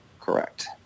Correct